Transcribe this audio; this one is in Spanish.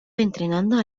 entrenando